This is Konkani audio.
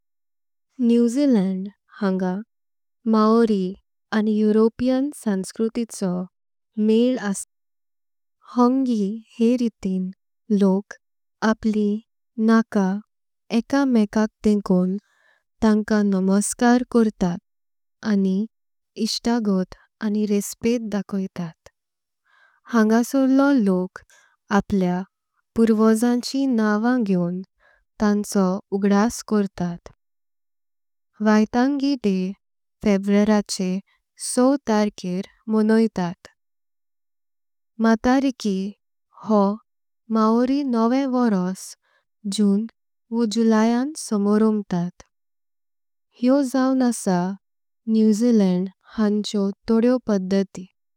न्यू झिलँड हंगा मौरी आनि यूरोपियन संस्कृतिकों मेल असा। होंगी हे रीतिं लोक आपलीं नाक एकमेकां ठेऊन तांकां। नमस्कार करता आनि इष्टगोत आनि रिस्पेध दाखोता। हंगासोरलो लोक आपलें पुरवॊजांची नांव घेऊन तांचो। उगदास करता वैतांगी डे फेब्रेराचे सव ताकरें मोणयतात। मतारिकी हॊ मौरी नवें वरॊस जूण वॊ जुंलायान सॊमरोबंटात। हें जाऊन असां न्यू झिलँड हांचे ओ निरोध पदती।